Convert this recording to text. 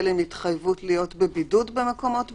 עם התחייבות להיות בבידוד במקומות בידוד?